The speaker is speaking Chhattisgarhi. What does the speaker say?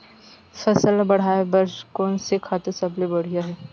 फसल ला बढ़ाए बर कोन से खातु सबले बढ़िया हे?